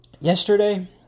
Yesterday